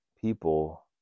people